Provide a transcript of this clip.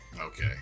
Okay